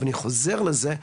אבל אני חוזר לזה,